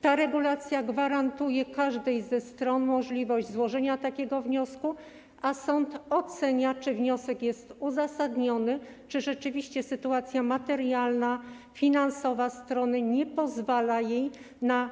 Ta regulacja gwarantuje każdej ze stron możliwość złożenia takiego wniosku, a sąd ocenia, czy wniosek jest uzasadniony, czy rzeczywiście sytuacja materialna, finansowa strony nie pozwala jej na